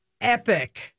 epic